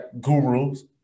gurus